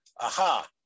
Aha